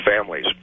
families